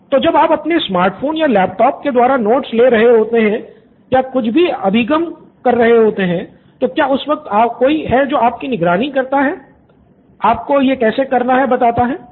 student 1 तो जब आप अपने स्मार्ट फोन या लैपटॉप के द्वारा नोट्स ले रहे होते हैं या कुछ भी अभिगम कर रहे होते है तो क्या उस वक़्त कोई आपकी निगरानी करता है कि आपको यह कैसे करना हैं